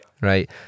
Right